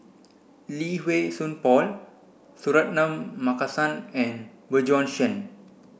Lee Wei Song Paul Suratman Markasan and Bjorn Shen